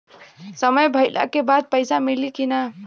समय भइला के बाद पैसा मिली कि ना?